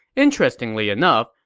interestingly enough,